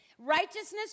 Righteousness